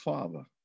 Father